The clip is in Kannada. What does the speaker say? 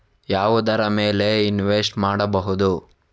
ಯಾವುದರ ಮೇಲೆ ಇನ್ವೆಸ್ಟ್ ಮಾಡಬಹುದು?